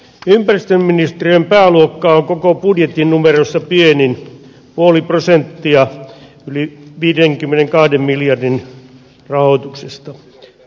ympäristöministeriön pääluokkaa koko budjetin numeroissa pienin puoli prosenttia yli viidenkymmenenkahden miljardin rahoituksesta